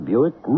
Buick